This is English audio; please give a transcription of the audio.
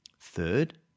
Third